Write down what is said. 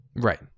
Right